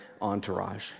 entourage